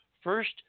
First